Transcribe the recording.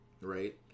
right